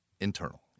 internal